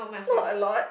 not a lot